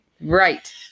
Right